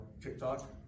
TikTok